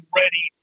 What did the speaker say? ready